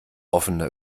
offener